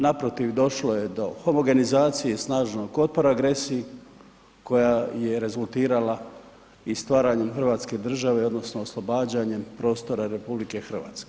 Naprotiv, došlo je do homogenizacije i snažnog otpora agresiji koja je rezultirala i stvaranjem hrvatske države odnosno oslobađanjem prostora RH.